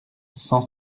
cent